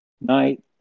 night